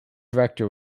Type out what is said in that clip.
rector